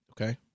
Okay